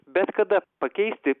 bet kada pakeisti